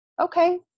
Okay